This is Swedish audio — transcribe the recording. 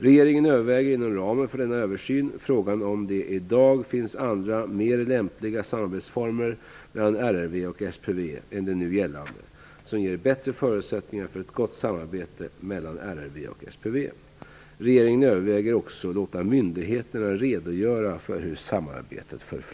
Regeringen överväger inom ramen för denna översyn frågan om det i dag finns andra mer lämpliga samarbetsformer mellan RRV och SPV än de nu gällande som ger bättre förutsättningar för ett gott samarbete mellan RRV och SPV. Regeringen överväger också att låta myndigheterna redogöra för hur samarbetet förflutit.